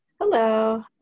Hello